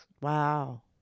Wow